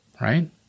right